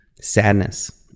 sadness